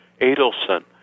Adelson